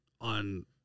on